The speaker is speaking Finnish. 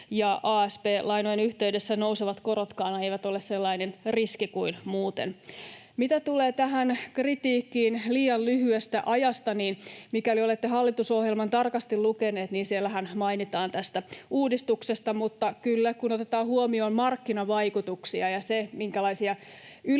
Asp-lainojen yhteydessä nousevat korotkaan eivät ole sellainen riski kuin muuten. Mitä tulee kritiikkiin liian lyhyestä ajasta, mikäli olette hallitusohjelman tarkasti lukeneet, siellähän mainitaan tästä uudistuksesta. Mutta kyllä, kun otetaan huomioon markkinavaikutuksia ja se, minkälaisia yleisiä